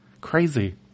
crazy